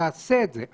תעשה את זה,